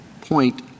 point